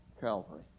Calvary